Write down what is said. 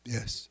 Yes